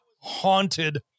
haunted